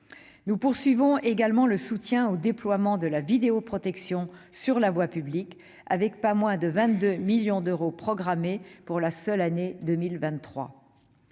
Nous poursuivons également le déploiement de la vidéoprotection sur la voie publique, pas moins de 22 millions d'euros étant programmés à cet effet pour la seule année 2023.